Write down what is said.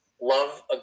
Love